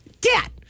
Dad